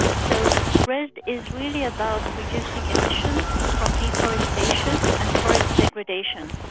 so redd is really about reducing emissions from deforestation and forest degradation.